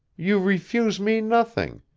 you refuse me nothing.